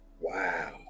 wow